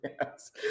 Yes